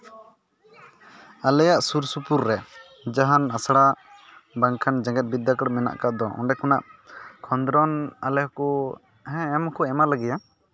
ᱟᱞᱮᱭᱟᱜ ᱥᱩᱨ ᱥᱩᱯᱩᱨ ᱨᱮ ᱡᱟᱦᱟᱱ ᱟᱥᱲᱟ ᱵᱟᱝᱠᱷᱟᱱ ᱡᱮᱜᱮᱛ ᱵᱤᱫᱽᱫᱟᱹᱜᱟᱲ ᱢᱮᱱᱟᱜ ᱠᱟᱜ ᱫᱚ ᱚᱸᱰᱮ ᱠᱷᱚᱱᱟᱜ ᱠᱷᱚᱸᱫᱽᱨᱚᱱ ᱟᱞᱮ ᱦᱚᱸᱠᱚ ᱦᱮᱸ ᱮᱢ ᱦᱚᱸᱠᱚ ᱮᱢᱟᱞᱮᱜᱮᱭᱟ